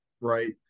right